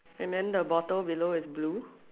and then the bottle below is blue